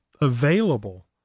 available